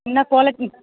என்னா குவாலிட்டி